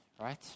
right